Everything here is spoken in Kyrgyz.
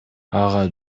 ага